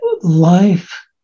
life